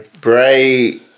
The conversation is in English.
Bray